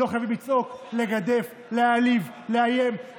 לא חייבים לצעוק, לגדף, להעליב, לאיים.